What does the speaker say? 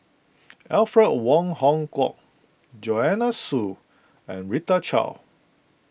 Alfred Wong Hong Kwok Joanne Soo and Rita Chao